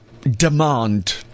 Demand